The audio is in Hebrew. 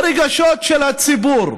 ברגשות של הציבור.